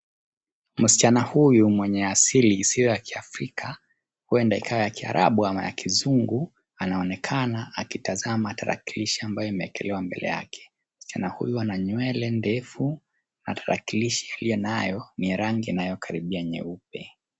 Msichana huyu mwenye asili isiyo ya kiafrika huenda ikawa ya kiarabu ama kizungu anaonekana akitazama tarakilishi ambayo imeekelewa yake. Msichana huyu ana nywele ndefu na tarakilishi pia nayo ni ya rangi inayokaribia nyeupe.